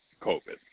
COVID